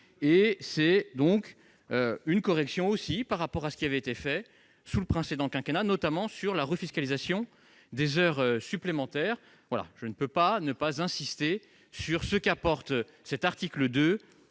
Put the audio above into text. C'est une correction par rapport à ce qui avait été fait sous le précédent quinquennat, notamment la refiscalisation des heures supplémentaires. Je ne peux pas ne pas insister sur le gain qu'apporte le présent